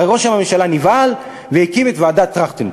הרי ראש הממשלה נבהל והקים את ועדת טרכטנברג.